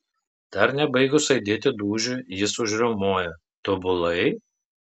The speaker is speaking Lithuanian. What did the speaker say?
dar nebaigus aidėti dūžiui jis užriaumoja tobulai